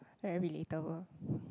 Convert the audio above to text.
very relatable